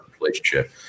relationship